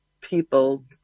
people